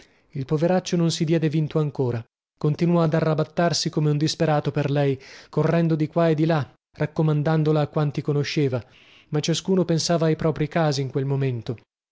il poveraccio non si diede vinto ancora continuò ad arrabattarsi come un disperato per lei correndo di qua e di là raccomandandola a quanti conosceva ma ciascuno pensava ai propri casi in quel momento